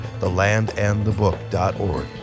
thelandandthebook.org